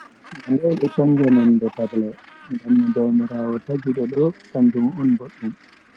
Handai be chanja nonde, ko tagdi tagle, ngam no jaumiraawo tagi be do kanjum on boddum.